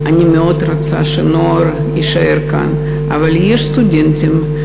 אני מאוד רוצה שהנוער יישאר כאן, אבל יש סטודנטים,